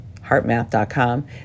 HeartMath.com